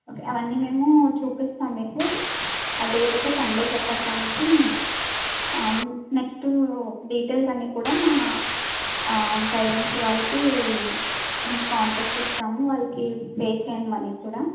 అవన్నీ మేము చూపిస్తాము మీకు డేట్ అయితే సండే చెప్పాడు కాబట్టి నెక్స్ట్ డీటెయిల్స్ అన్నీ కూడా మా గైడెన్స్ వాళ్ళకి మీ కాంటాక్ట్ ఇస్తాము వాళ్ళకి పే చేయండి మనీ కూడా